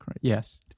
Yes